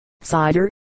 cider